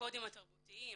הקודים התרבותיים,